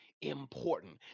important